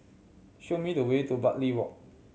show me the way to Bartley Walk